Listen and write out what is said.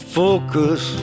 focus